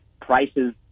prices